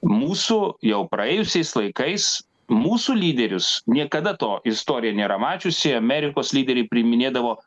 mūsų jau praėjusiais laikais mūsų lyderius niekada to istoriją nėra mačiusi amerikos lyderiai priiminėdavo